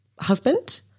husband